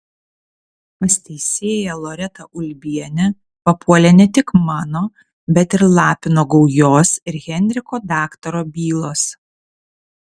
pas teisėją loretą ulbienę papuolė ne tik mano bet ir lapino gaujos ir henriko daktaro bylos